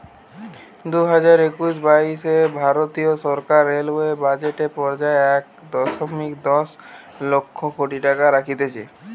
দুইহাজার একুশ বাইশে ভারতীয় সরকার রেলওয়ে বাজেট এ পর্যায়ে এক দশমিক দশ লক্ষ কোটি টাকা রাখতিছে